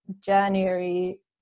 January